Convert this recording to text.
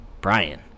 Brian